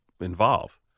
involve